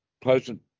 pleasant